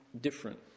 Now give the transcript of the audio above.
different